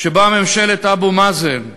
שבה ממשלת אבו מאזן,